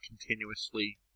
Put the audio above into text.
continuously